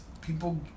people